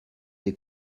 des